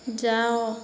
ଯାଅ